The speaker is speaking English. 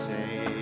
Say